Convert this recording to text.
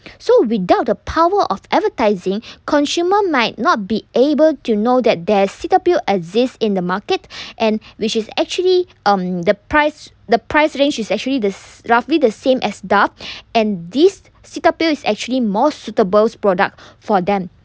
so without the power of advertising consumer might not be able to know that there's cetaphil exist in the market and which is actually um the price the price range is actually roughly the same as dove and this cetaphil is actually more suitable product for them